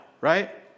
right